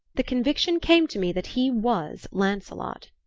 the conviction came to me that he was lancelot.